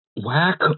Whack